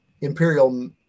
imperial